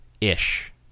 Ish